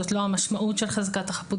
זאת לא המשמעות של חזקת החפות.